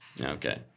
Okay